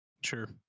Sure